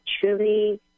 truly